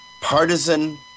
partisan